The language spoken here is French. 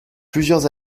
plusieurs